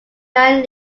nine